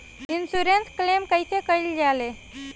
Insurance claim कइसे कइल जा ले?